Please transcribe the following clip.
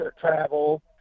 travel